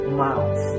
miles